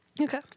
Okay